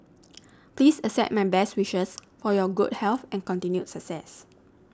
please accept my best wishes for your good health and continued success